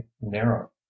narrow